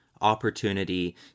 opportunity